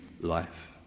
life